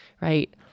right